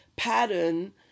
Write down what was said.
pattern